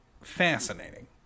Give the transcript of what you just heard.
fascinating